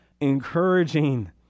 encouraging